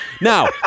Now